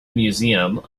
museum